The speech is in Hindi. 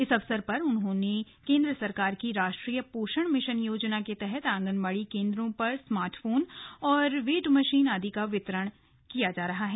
इस अवसर उन्होंने बताया कि केन्द्र सरकार की राष्ट्रीय पोशण मिशन योजना के तहत ऑगनबाड़ी केन्द्रों पर स्मार्ट फोन वेटमशीन आदि का वितरण किया जा रहा है